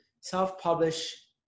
self-publish